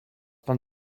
pan